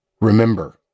remember